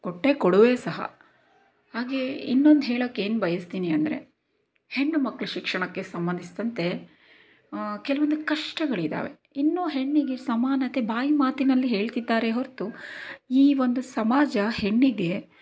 ಕೊಟ್ಟೇಕೊಡುವೆ ಸಹ ಹಾಗೇ ಇನ್ನೊಂದು ಹೇಳೋಕ್ಕೆ ಏನು ಬಯಸ್ತೀನಿ ಅಂದರೆ ಹೆಣ್ಣುಮಕ್ಕಳ ಶಿಕ್ಷಣಕ್ಕೆ ಸಂಬಂಧಿಸಿದಂತೆ ಕೆಲವೊಂದು ಕಷ್ಟಗಳಿದ್ದಾವೆ ಇನ್ನೂ ಹೆಣ್ಣಿಗೆ ಸಮಾನತೆ ಬಾಯಿ ಮಾತಿನಲ್ಲಿ ಹೇಳ್ತಿದ್ದಾರೆ ಹೊರತು ಈ ಒಂದು ಸಮಾಜ ಹೆಣ್ಣಿಗೆ